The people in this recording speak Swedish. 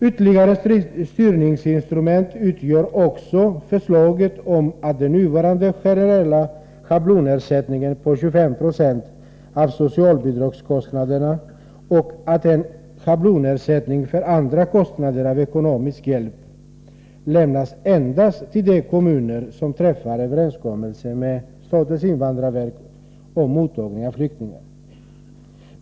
Ytterligare styrningsinstrument utgör också förslaget om att den nuvarande generella schablonersättningen på 25 0 av socialbidragskostnaderna och att en schablonersättning för andra kostnader än ekonomisk hjälp lämnas endast till de kommuner som träffar överenskommelse med statens invandrarverk om mottagning av flyktingar.